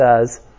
says